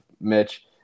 Mitch